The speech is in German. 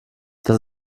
das